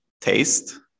taste